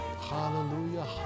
hallelujah